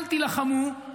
אל תלחמו,